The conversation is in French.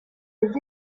les